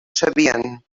sabien